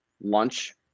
lunch